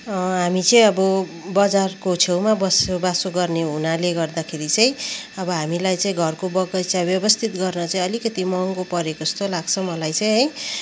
हामी चाहिँ अब बजारको छेउमा बसोबासो गर्ने हुनाले गर्दाखेरि चाहिँ अब हामीलाई चाहिँ घरको बगैँचा व्यवस्थित गर्न चाहिँ अतिकति महँगो परेको जस्तो लाग्छ मलाई चाहिँ है